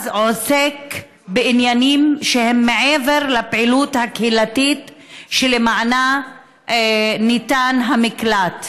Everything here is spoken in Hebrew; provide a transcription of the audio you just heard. עוסק בעניינים שהם מעבר לפעילות הקהילתית שלמענה ניתן המקלט.